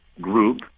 Group